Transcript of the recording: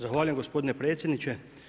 Zahvaljujem gospodine predsjedniče.